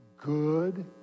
Good